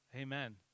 Amen